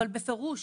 אבל בפירוש